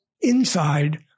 inside